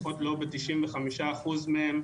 לפחות לא ב-95% מהם.